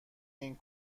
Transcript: این